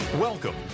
Welcome